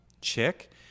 chick